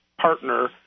partner